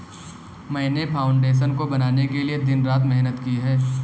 मैंने फाउंडेशन को बनाने के लिए दिन रात मेहनत की है